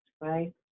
Right